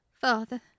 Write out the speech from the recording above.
father